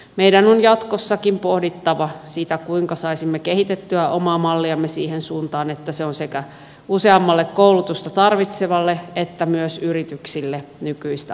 meidän on jatkossakin pohdittava sitä kuinka saisimme kehitettyä omaa malliamme siihen suuntaan että se on sekä useammalle koulutusta tarvitsevalle että myös yrityksille nykyistä houkuttelevampi